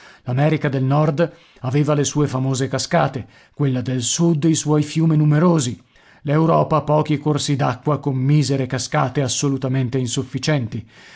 l'america del nord aveva le sue famose cascate quella del sud i suoi fiumi numerosi l'europa pochi corsi d'acqua con misere cascate assolutamente insufficienti